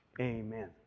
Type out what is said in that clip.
amen